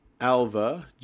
Alva